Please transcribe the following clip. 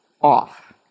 off